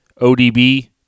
ODB